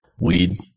Weed